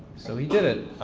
so he did it.